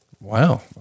Wow